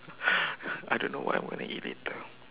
I don't know what I want to eat later